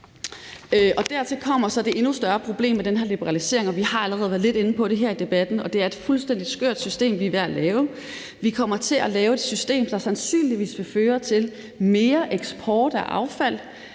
Dertil kommer så det endnu større problem med den her liberalisering. Vi har allerede været lidt inde på det her i debatten. Vi er ved at lave et fuldstændig skørt system. Vi kommer til at lave et system, der sandsynligvis vil føre til mere eksport af affald